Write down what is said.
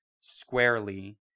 squarely